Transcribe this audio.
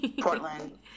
Portland